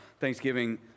Thanksgiving